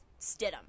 Stidham